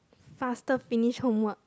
faster finish homework